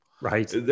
right